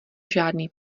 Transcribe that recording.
žádný